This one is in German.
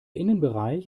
innenbereich